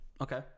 Okay